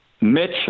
Mitch